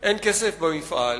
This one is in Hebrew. אין כסף במפעל,